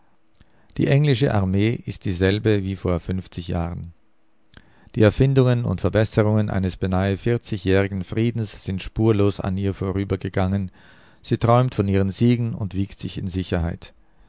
die englische armee ist dieselbe wie vor fünfzig jahren die erfindungen und verbesserungen eines beinahe vierzigjährigen friedens sind spurlos an ihr vorübergegangen sie träumt von ihren siegen und wiegt sich in sicherheit